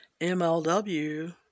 MLW